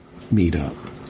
meetup